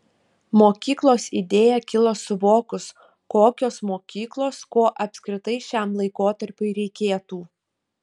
mokyklos idėja kilo suvokus kokios mokyklos ko apskritai šiam laikotarpiui reikėtų